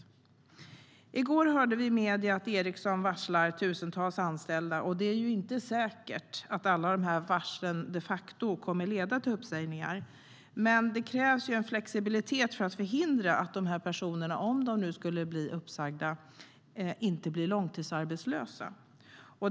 I går hörde vi i medierna att Ericsson varslar tusentals anställda. Det är inte säkert att alla varslen de facto kommer att leda till uppsägningar, men det krävs en flexibilitet för att förhindra att de här personerna blir långtidsarbetslösa om de nu skulle bli uppsagda.